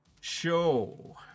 Show